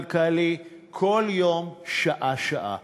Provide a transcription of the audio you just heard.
כלכלי, כל יום, שעה-שעה.